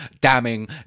damning